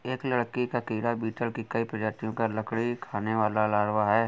एक लकड़ी का कीड़ा बीटल की कई प्रजातियों का लकड़ी खाने वाला लार्वा है